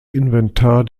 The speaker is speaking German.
inventar